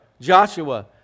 Joshua